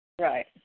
Right